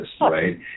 right